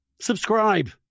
Subscribe